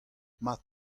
mat